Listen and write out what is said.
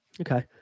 Okay